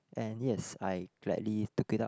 and yes I gladly took it up